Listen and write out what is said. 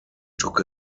took